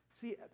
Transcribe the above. See